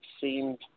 seemed